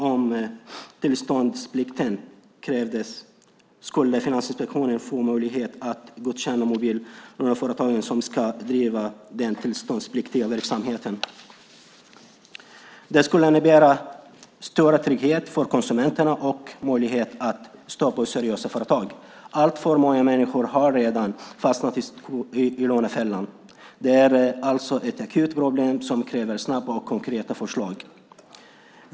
Om tillståndsplikt krävdes skulle Finansinspektionen få möjlighet att godkänna mobillåneföretag som ska bedriva den tillståndspliktiga verksamheten. Det skulle innebära större trygghet för konsumenterna och möjlighet att stoppa oseriösa företag. Alltför många människor har redan fastnat i lånefällan. Det är alltså ett akut problem som kräver snabba och konkreta förslag.